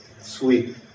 sweet